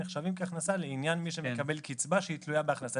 נחשבים כהכנסה לעניין מי שמקבל קצבה שהיא תלויה בהכנסה.